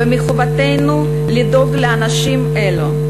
ומחובתנו לדאוג לאנשים אלה,